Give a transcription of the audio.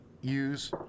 use